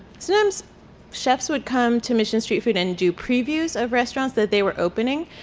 sometimes chefs would come to mission street food and do previews of restaurants that they were opening.